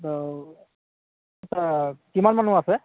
অ কিমান মানুহ আছে